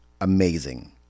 amazing